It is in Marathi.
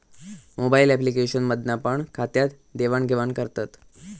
मोबाईल अॅप्लिकेशन मधना पण खात्यात देवाण घेवान करतत